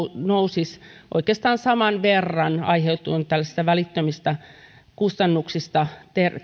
nousisivat oikeastaan saman verran aiheutuen tämmöisistä välittömistä kustannuksista